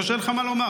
או שאין לך מה לומר?